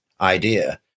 idea